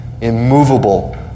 immovable